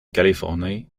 californie